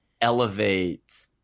elevate